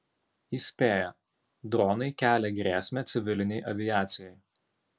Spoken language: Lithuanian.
įspėja dronai kelia grėsmę civilinei aviacijai